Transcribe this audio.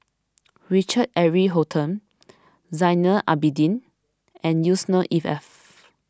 Richard Eric Holttum Zainal Abidin and Yusnor E F